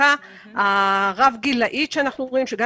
ההדבקה הרב-גילאית שאנחנו רואים שגם